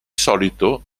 solito